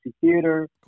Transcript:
Theater